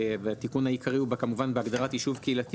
וכמובן התיקון העיקרי הוא בהגדרת "יישוב קהילתי",